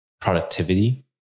productivity